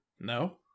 No